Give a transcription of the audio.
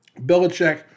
Belichick